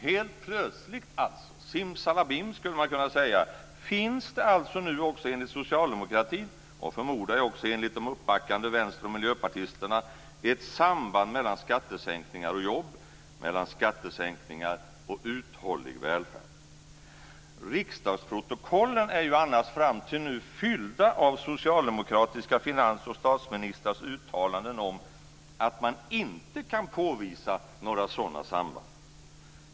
Helt plötsligt - simsalabim, skulle man kunna säga - finns det alltså nu också enligt socialdemokratin och, förmodar jag, också enligt de uppbackande vänster och miljöpartisterna ett samband mellan skattesänkningar och jobb och mellan skattesänkningar och uthållig välfärd. Riksdagsprotokollen är ju annars fram till nu fyllda av socialdemokratiska finans och statsministrars uttalanden om att man inte kan påvisa några sådana samband.